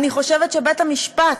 אני חושבת שבית-המשפט,